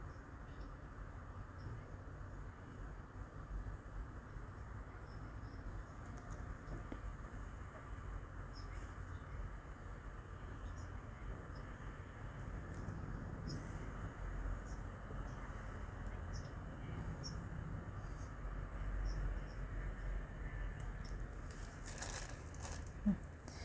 mm